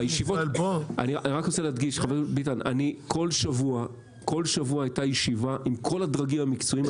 אני רק רוצה להדגיש: כל שבוע הייתה ישיבה עם כל הדרגים המקצועיים,